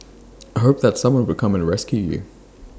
hope that someone would come and rescue you